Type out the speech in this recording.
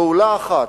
פעולה אחת: